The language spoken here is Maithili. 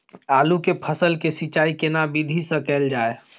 आलू के फसल के सिंचाई केना विधी स कैल जाए?